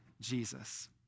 Jesus